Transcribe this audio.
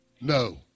No